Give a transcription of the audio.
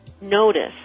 notice